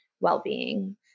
well-being